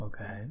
okay